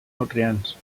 nutrients